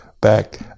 back